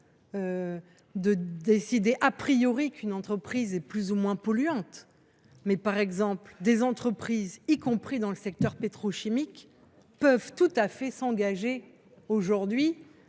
de décider qu’une entreprise est plus ou moins polluante. Cependant, des entreprises, y compris dans le secteur pétrochimique, peuvent tout à fait s’engager dans